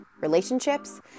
relationships